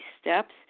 steps